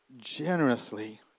generously